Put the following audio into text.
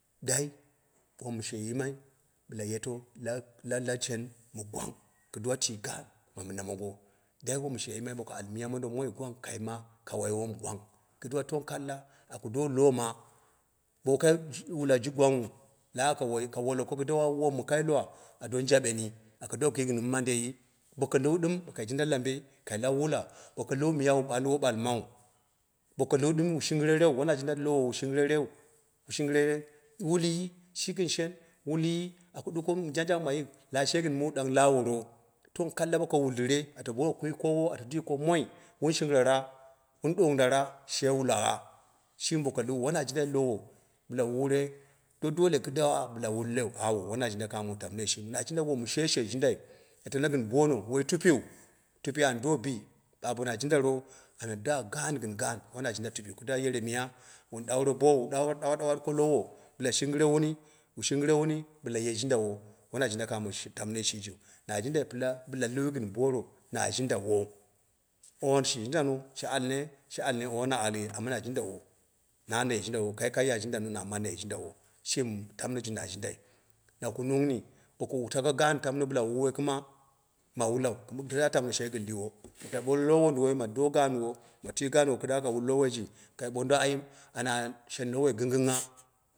Dai wom she yimai, bila yeto lag- lag lashen mɨ gwang kɨ duwe tui gaan ma lamine mongo dai wom she yimai bo ka almiya mondo moi gwang kai ma ka wai wom gwang kɨduwa tong kalkaa ku do loma, bowa kai wula ji gwangngha la ka woloko kiduwa bo an doni jabeni aka do ɓal kwii gɨn mɨ manduji yo lɨwu ɗin bo kai jinda lamba ka law wula bo la lɨwu miya wu ɓalwo ɓalmau bo ka lɨu ɗɨm wu shɨngɨre reu, wone jinda lowo wu shingɨr rereu, bo wu shɨngerere wulyi shi gɨn shen lawa she gɨn monding dan la aworo ton kalla bo ka wulle ata do kui kowo, ata kwii ko moi wun shingara wun dongdara she wula wa shimi boka lɨuɨu, wana jinda lowo, bila wa wure dodole kida wa bila wulleu, awo wona jinde kamo tamnoijeu na jinda kamo mɨ shere she jindai na tano gɨn bonou, wai tapiu, tapu an do bii, babu bona jindaro anal da gaan gɨn gaan wana jinda tupiu kida yere miya wun ɗaure boowu ɗawa ɗawat ko lowo kɨduwa wu shingɨre wuni bɨla shigɨre wuni ɓila ye jindawo wona jinda kammo tamnoi she jiu, na jindai bɨla lɨwi gɨn booro, she jindawo, nong shiji jindano, shi alle shi alle, ong na alwe, amma na jindawo, na ni ye jindawo kai ka ya jindano na na jindawo shimi tamno mi na jindai. Na kunungni bo ku taka gaan tamno bɨla wuwe kɨma ma wulai, kɨda tamno she gɨn lɨwo, ata woi lowo wunduwoi ma do gaanwo mu twii kɨda ka wul lo woi je kai bondo ayim, anya shen lowoi gɨnggɨngngha